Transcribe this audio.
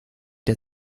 der